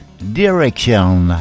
Direction